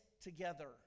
together